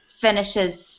finishes